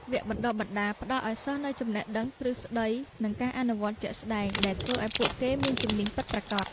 វគ្គបណ្តុះបណ្តាលផ្តល់ឱ្យសិស្សនូវចំណេះដឹងទ្រឹស្តីនិងការអនុវត្តជាក់ស្តែងដែលធ្វើឱ្យពួកគេមានជំនាញពិតប្រាកដ។